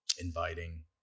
inviting